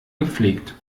gepflegt